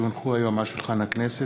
כי הונחו היום על שולחן הכנסת,